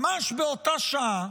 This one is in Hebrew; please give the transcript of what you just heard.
ממש באותה שעה